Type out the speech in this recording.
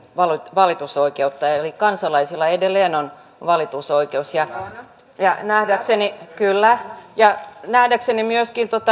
valitusoikeutta eli kansalaisilla edelleen on valitusoikeus kyllä ja nähdäkseni myöskin